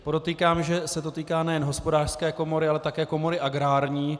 Podotýkám, že se to týká nejen Hospodářské komory, ale také komory Agrární.